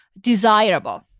desirable